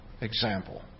example